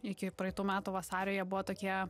iki praeitų metų vasario jie buvo tokie